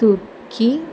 turkey